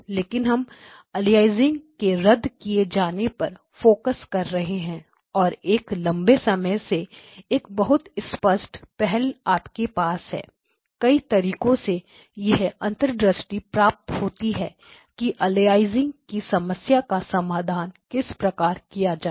XAXTX लेकिन हम aliasing के रद्द किए जाने पर फोकस कर रहे हैं और एक लंबे समय से एक बहुत स्पष्ट पहल आपके पास है कई तरीकों से यह अंतर्दृष्टि प्राप्त होती है कि अलियासिंग की समस्या का समाधान किस प्रकार किया जाए